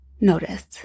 notice